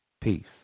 Peace